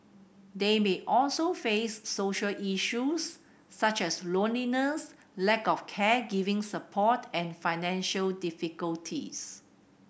they may also face social issues such as loneliness lack of caregiver support and financial difficulties